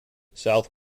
south